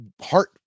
heart